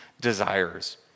desires